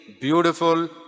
beautiful